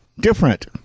different